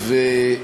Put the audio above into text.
נכון.